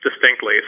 distinctly